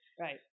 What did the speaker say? Right